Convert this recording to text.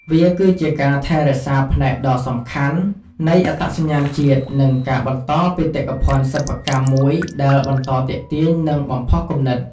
វាគឺជាការថែរក្សាផ្នែកដ៏សំខាន់នៃអត្តសញ្ញាណជាតិ និងការបន្តបេតិកភណ្ឌសិប្បកម្មមួយដែលបន្តទាក់ទាញ និងបំផុសគំនិត។